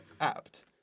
apt